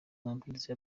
amabwiriza